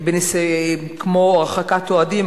כמו הרחקת אוהדים,